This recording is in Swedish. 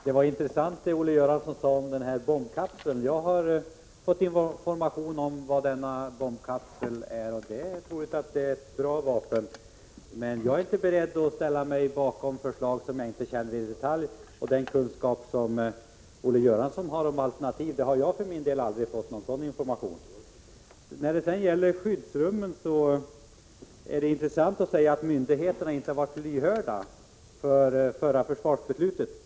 Fru talman! Det som Olle Göransson sade om bombkapseln var intressant. Jag har fått information om denna bombkapsel. Det är troligtvis ett bra vapen, men jag är inte beredd att ställa mig bakom förslag som jag inte känner i detalj. Den kunskap som Olle Göransson har om alternativ saknar jag. Jag har aldrig fått någon sådan information. Det är intressant att höra Olle Göransson säga att myndigheterna beträffande skyddsrummen inte har varit lyhörda med anledning av det förra försvarsbeslutet.